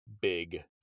big